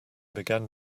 began